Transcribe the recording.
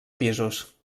pisos